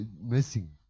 missing